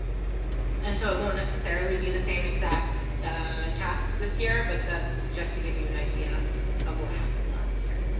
so and so it won't necessarily be the same exact tasks this year but that's just to give you an idea of what happened last year